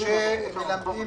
שמלמדים